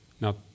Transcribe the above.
Now